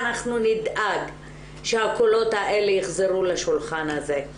אנחנו נדאג שהקולות האלה יחזרו לשולחן הזה.